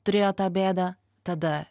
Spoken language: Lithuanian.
turėjo tą bėdą tada